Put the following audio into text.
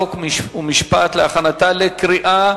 חוק ומשפט נתקבלה.